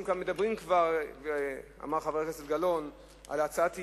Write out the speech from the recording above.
דיבר חבר הכנסת גילאון על הצעת אי-אמון,